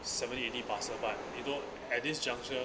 seventy eighty parcel but you don~ at this juncture